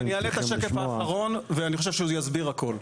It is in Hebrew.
אני אעלה את השקף האחרון ואני חושב שהוא יסביר הכול.